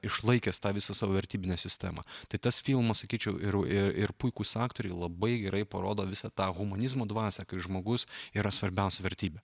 išlaikęs tą visą savo vertybinę sistemą tai tas filmas sakyčiau ir ir puikūs aktoriai labai gerai parodo visą tą humanizmo dvasią kai žmogus yra svarbiausia vertybė